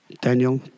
Daniel